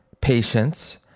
patience